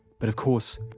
but, of course,